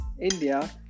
India